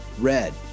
Red